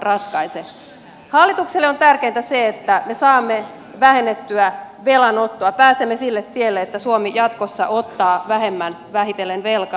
hallitukselle on tärkeintä se että me saamme vähennettyä velanottoa pääsemme sille tielle että suomi jatkossa ottaa vähitellen vähemmän velkaa